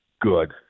good